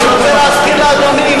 אני רוצה להזכיר לאדוני,